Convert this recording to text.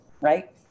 right